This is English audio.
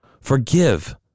forgive